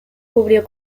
cubrió